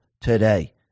today